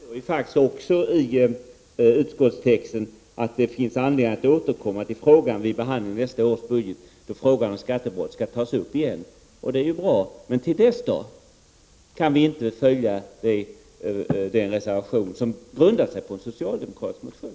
Herr talman! Det står faktiskt också i utskottstexten att det finns anledning att återkomma till frågan vid behandlingen av nästa års budget, då skattebrotten skall tas upp igen. Det är bra. Men till dess? Kan vi inte följa den reservation som grundar sig på en socialdemokratisk motion?